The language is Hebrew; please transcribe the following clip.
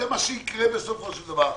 זה מה שיקרה בסופו של דבר.